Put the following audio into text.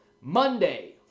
Monday